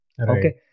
Okay